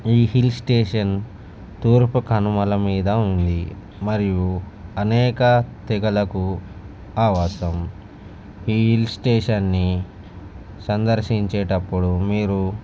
ఈ hill station తూర్పు కనుమల మీద ఉంది మరియు అనేక తెగలకు ఆవాసం ఈ హిల్ స్టేషన్ని సందర్శించేటప్పుడు మీరు